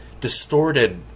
distorted